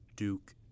Duke